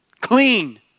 Clean